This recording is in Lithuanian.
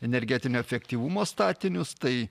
energetinio efektyvumo statinius tai